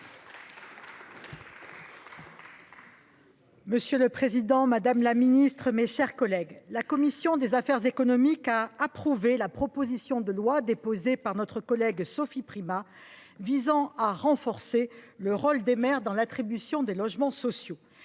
Monsieur le président, madame la ministre, mes chers collègues, la commission des affaires économiques a approuvé la proposition de loi de notre collègue Sophie Primas visant à renforcer le rôle des maires dans l’attribution des logements sociaux.